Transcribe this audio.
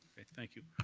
thank you.